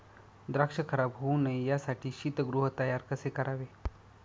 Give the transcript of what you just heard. द्राक्ष खराब होऊ नये यासाठी शीतगृह तयार कसे करावे?